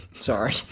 Sorry